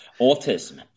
autism